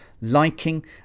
liking